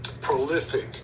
prolific